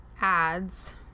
ads